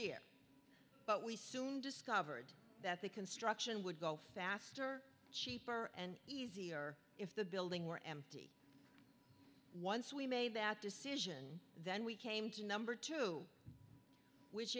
year but we soon discovered that the construction would go faster cheaper and easier if the building were empty once we made that decision then we came to number two which